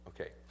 Okay